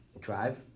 drive